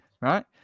Right